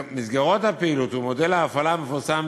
מסגרות הפעילות ומודל ההפעלה מפורסם